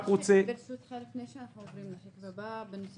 לפני שאנחנו עוברים לשקף הבא אני רוצה